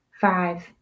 five